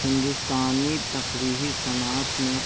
ہندوستانی تفریحی صنعت نے